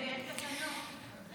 ואין תקנות.